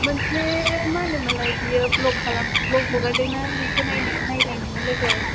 मोनसे मा होनो मोनलाय बियो ब्लग खालाम ब्लग हगारदों ना बेखौ नायनो नायलाय नोङो लोगो